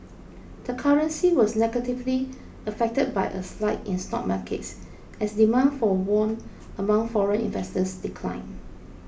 the currency was negatively affected by a slide in stock markets as demand for won among foreign investors declined